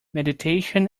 meditation